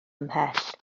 ymhell